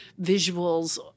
visuals